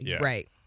Right